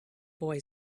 boy